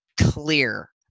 clear